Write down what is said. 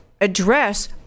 address